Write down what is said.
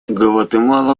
гватемала